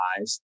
Eyes